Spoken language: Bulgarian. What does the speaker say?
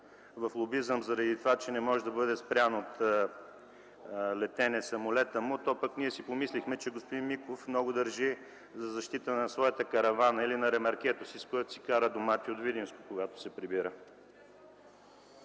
в лобизъм заради това, че не може да бъде спрян от летене самолетът му, ние си помислихме, че господин Миков много държи на защита на своята каравана или на ремаркето си, с което си кара домати от Видинско, когато се прибира.